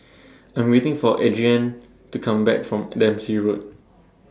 I'm waiting For Adriane to Come Back from Dempsey Road